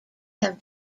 have